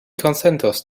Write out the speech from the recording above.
konsentos